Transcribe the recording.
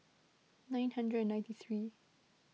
nine hundred and ninety three